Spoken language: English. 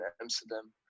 Amsterdam